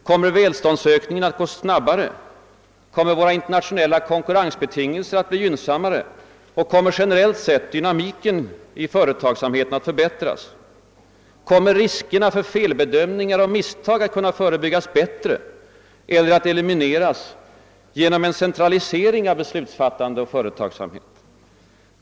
Kommer välståndsökningen att gå snabbare, kommer våra internationella konkurrensbetingelser att bli gynnsammare och kommer generellt sett dynamiken i företagsamheten att förbättras? Kommer riskerna för felbedömning och misstag att kunna förebyggas bättre eller att elimineras genom en centralisering av besluts fattande och företagsamhet?